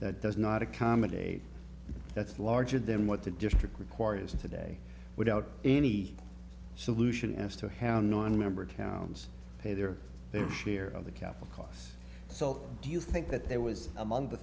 that does not accommodate that's larger than what the district requires today without any solution as to how nonmember towns pay their fair share of the capital costs so do you think that there was among the